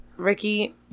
Ricky